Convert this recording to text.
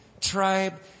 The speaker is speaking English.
tribe